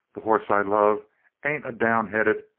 the hoss i love ain't a down-headed,